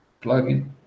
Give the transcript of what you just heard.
plugin